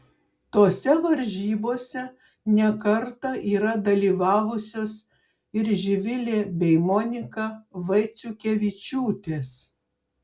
tose varžybose ne kartą yra dalyvavusios ir živilė bei monika vaiciukevičiūtės